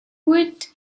woot